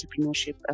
Entrepreneurship